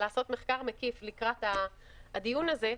לעשות מחקר מקיף לקראת הדיון הזה.